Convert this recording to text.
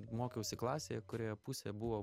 mokiausi klasėje kurioje pusė buvo